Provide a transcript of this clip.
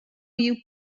you